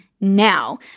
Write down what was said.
now